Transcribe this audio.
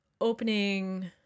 opening